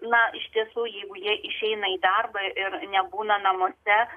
na iš tiesų jeigu jie išeina į darbą ir nebūna namuose